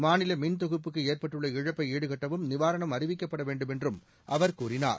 மாநில மின் தொகுப்புக்கு ஏற்பட்டுள்ள இழப்பை ஈடுகட்டவும் நிவாரணம் அறிவிக்கப்பட வேண்டும் என்றும் அவர் கூறினார்